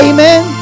Amen